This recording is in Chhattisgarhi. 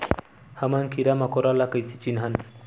हमन कीरा मकोरा ला कइसे चिन्हन?